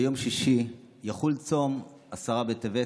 ביום שישי יחול צום עשרה בטבת.